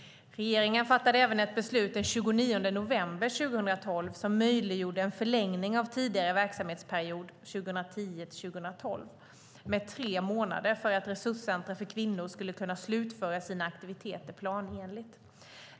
Regeringen fattade även ett beslut den 29 november 2012 som möjliggjorde en förlängning av tidigare verksamhetsperiod 2010-2012 med tre månader för att resurscentrum för kvinnor skulle kunna slutföra sina aktiviteter planenligt.